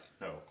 No